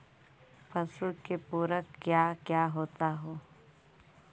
पशु के पुरक क्या क्या होता हो?